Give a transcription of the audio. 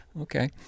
okay